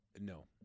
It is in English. No